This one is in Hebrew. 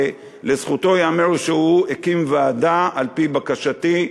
ולזכותו ייאמר שהוא הקים ועדה על-פי בקשתי.